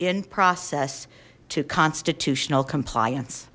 in process to constitutional compliance